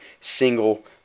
single